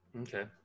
Okay